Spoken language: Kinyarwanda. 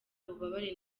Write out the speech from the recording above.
bubabare